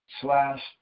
slash